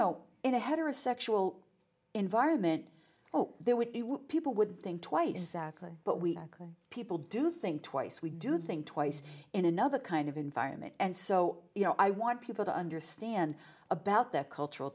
a heterosexual environment oh there were people would think twice zach but we could people do think twice we do think twice in another kind of environment and so you know i want people to understand about their cultural